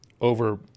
over